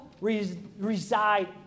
reside